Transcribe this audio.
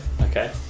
Okay